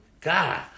God